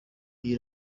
iyi